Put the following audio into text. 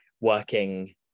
working